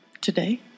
Today